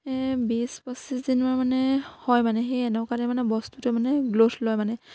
বিছ পঁচিছ দিনমান মানে হয় মানে সেই এনেকুৱাতে মানে বস্তুটোৱে মানে গ্ৰ'থ লয় মানে